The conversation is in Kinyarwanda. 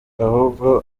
ahubwo